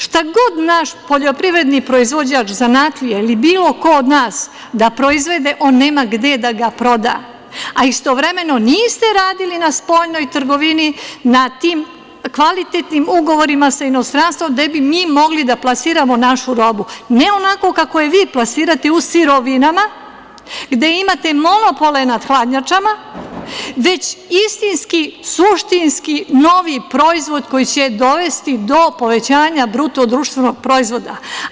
Šta god naš poljoprivredni proizvođač, zanatlija ili bilo ko od nas da proizvede, on nema gde da ga proda, a istovremeno niste radili na spoljnoj trgovini, na tim kvalitetnim ugovorima sa inostranstvom gde bi mi mogli da plasiramo našu robu, ne onako kako je vi plasirate, u sirovinama, gde imate monopole na hladnjačama, već istinski, suštinski novi proizvod koji će dovesti do povećanja BDP-a.